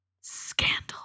scandal